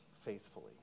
faithfully